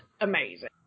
amazing